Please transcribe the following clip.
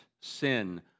sin